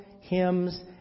hymns